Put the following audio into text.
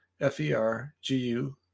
f-e-r-g-u